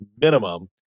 minimum